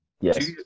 Yes